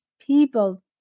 people